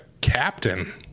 captain